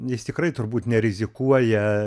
jis tikrai turbūt nerizikuoja